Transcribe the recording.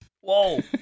whoa